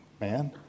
man